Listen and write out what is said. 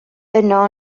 yno